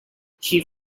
she